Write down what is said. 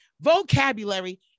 Vocabulary